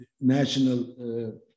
national